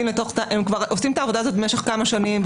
הם כבר עושים את העבודה הזאת במשך כמה שנים,